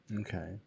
Okay